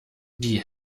die